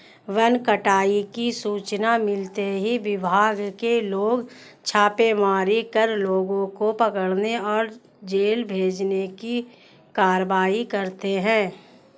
one कटाई की सूचना मिलते ही विभाग के लोग छापेमारी कर लोगों को पकड़े और जेल भेजने की कारवाई करते है